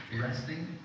Resting